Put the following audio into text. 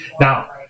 Now